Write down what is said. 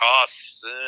costs